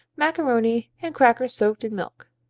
macaroni and crackers soaked in milk.